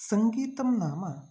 सङ्गीतं नाम